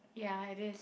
ya it is